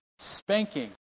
Spanking